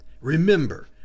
Remember